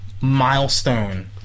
milestone